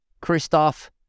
Christoph